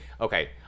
okay